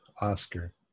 Oscar